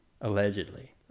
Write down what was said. allegedly